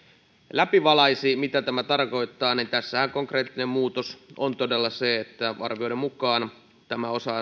läpivalaisi mitä tämä tarkoittaa tässähän konkreettinen muutos on todella se että arvioiden mukaan tämä osa